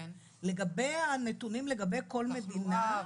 לגבי הנתונים לגבי כל מדינה,